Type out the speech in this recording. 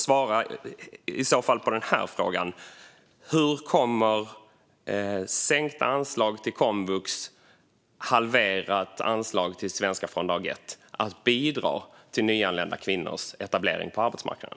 Svara i så fall på den här frågan: Hur kommer sänkta anslag till komvux och halverat anslag till Svenska från dag ett att bidra till nyanlända kvinnors etablering på arbetsmarknaden?